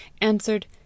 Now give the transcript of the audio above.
answered